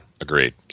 Agreed